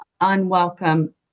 unwelcome